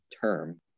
term